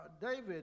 David